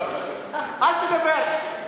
אל תדבר.